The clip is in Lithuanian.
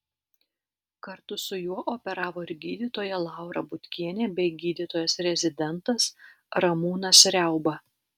kartu su juo operavo ir gydytoja laura butkienė bei gydytojas rezidentas ramūnas riauba